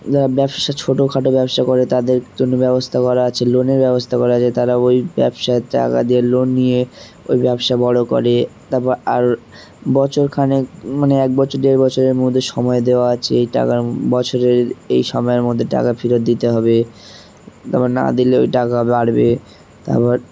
যারা ব্যবসা ছোটো খাটো ব্যবসা করে তাদের জন্য ব্যবস্থা করা আছে লোনের ব্যবস্থা করা আছে তারা ওই ব্যবসায় টাকা দিয়ে লোন নিয়ে ওই ব্যবসা বড়ো করে তারপর আর বছরখানেক মানে এক বছর দেড় বছরের মধ্যে সময় দেওয়া আছে এই টাকার বছরের এই সময়ের মধ্যে টাকা ফেরত দিতে হবে তারপর না দিলে ওই টাকা বাড়বে তারপর